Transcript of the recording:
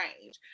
range